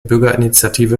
bürgerinitiative